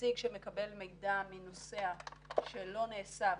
נציג שמקבל מידע מנוסע שלא נאסף,